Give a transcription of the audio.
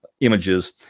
images